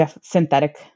Synthetic